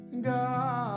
God